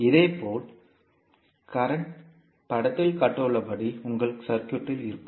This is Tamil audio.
இதேபோல் மின்னோட்டத்திற்கு படத்தில் காட்டப்பட்டுள்ளபடி உங்களுக்கு சர்க்யூட் இருக்கும்